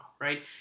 right